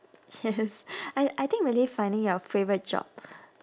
yes I I think really finding your favourite job